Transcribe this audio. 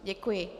Děkuji.